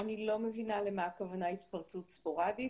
אני לא מבינה למה הכוונה התפרצות ספורדית.